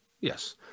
Yes